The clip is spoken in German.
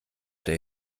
der